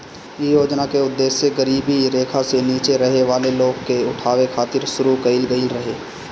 इ योजना के उद्देश गरीबी रेखा से नीचे रहे वाला लोग के उठावे खातिर शुरू कईल गईल रहे